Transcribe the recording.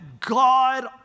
God